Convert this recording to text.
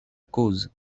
cause